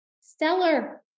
Stellar